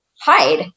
hide